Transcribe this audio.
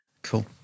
Cool